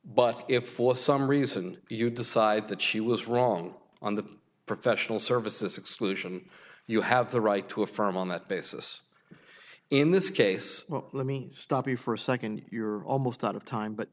but if for some reason you decide that she was wrong on the professional services exclusion you have the right to affirm on that basis in this case let me stop you for a second you're almost out of time but